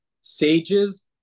Sages